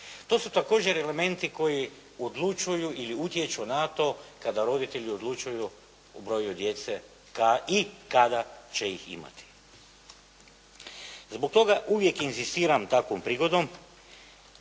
To su također elementi koji odlučuju ili utječu na to kada roditelji odlučuju o broju djece i kada će ih imati. Zbog toga uvijek inzistiram takvom prigodom